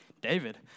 David